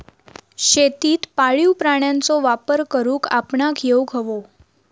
शेतीत पाळीव प्राण्यांचो वापर करुक आपणाक येउक हवो